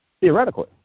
theoretically